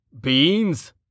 Beans